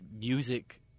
music